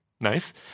Nice